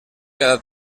cada